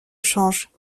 change